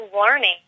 learning